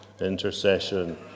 intercession